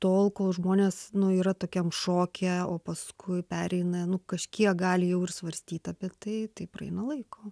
tol kol žmonės nu yra tokiam šoke o paskui pereina nu kažkiek gali jau ir svarstyt apie tai tai praeina laiko